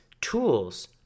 tools